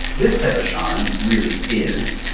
this type of shaman really is,